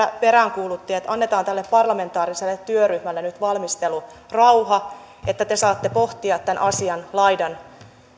peräänkuulutti että annetaan tälle parlamentaariselle työryhmälle nyt valmistelurauha että te saatte pohtia tämän asian laidan